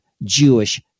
Jewish